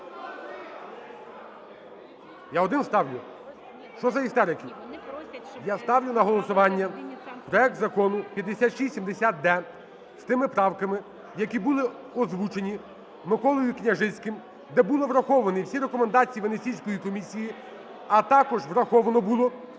Я один ставлю. Що за істерики? (Шум у залі) Я ставлю на голосування проект Закону 5670-д з тими правками, які були озвучені Миколою Княжицьким, де були враховані всі рекомендації Венеційської комісії, а також враховано було